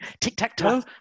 Tic-tac-toe